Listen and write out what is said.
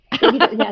Yes